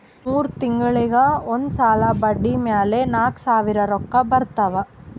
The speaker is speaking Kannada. ಮೂರ್ ತಿಂಗುಳಿಗ್ ಒಂದ್ ಸಲಾ ಬಡ್ಡಿ ಮ್ಯಾಲ ನಾಕ್ ಸಾವಿರ್ ರೊಕ್ಕಾ ಬರ್ತಾವ್